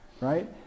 right